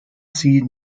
sie